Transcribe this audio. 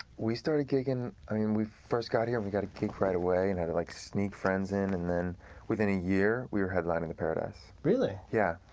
we started gigging, i mean, we first got here, and we got a gig right away, and i would like sneak friends in. and then within a year, we were headlining the paradise. really? yeah.